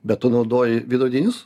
bet tu naudoji veidrodinius